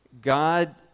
God